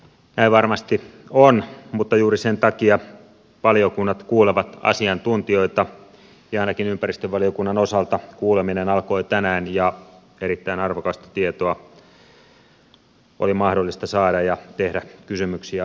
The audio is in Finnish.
näin varmasti on mutta juuri sen takia valiokunnat kuulevat asiantuntijoita ja ainakin ympäristövaliokunnan osalta kuuleminen alkoi tänään ja erittäin arvokasta tietoa oli mahdollista saada ja tehdä kysymyksiä asiantuntijoille